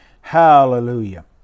Hallelujah